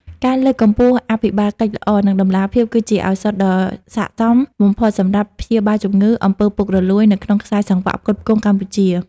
ការលើកកម្ពស់អភិបាលកិច្ចល្អ និងតម្លាភាព គឺជាឱសថដ៏ស័ក្តិសមបំផុតសម្រាប់ព្យាបាលជំងឺ អំពើពុករលួយ នៅក្នុងខ្សែសង្វាក់ផ្គត់ផ្គង់កម្ពុជា។